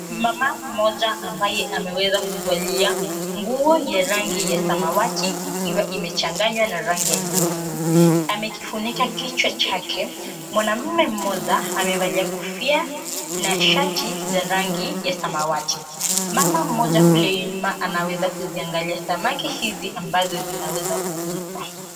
Mama mmoja ambaye ameweza kuvalia nguo ya rangi ya samawati ikiwa imechanganywa na rangi ya nyeupe amekifunika kichwa chake. Mwanamme mmoja amevalia kofia na shati za rangi ya samawati. Mama mmoja kule nyuma anaweza kuziangalia samaki hizi ambazo zinaweza kuuzwa.